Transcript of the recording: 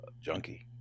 junkie